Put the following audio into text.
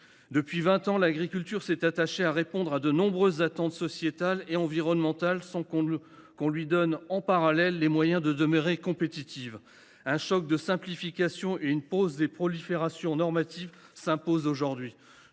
Depuis vingt ans, l’agriculture s’est attachée à répondre à de nombreuses attentes sociétales et environnementales, sans qu’on lui donne en parallèle les moyens de demeurer compétitive. Un choc de simplification et une pause dans la prolifération normative s’imposent aujourd’hui.